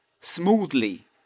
smoothly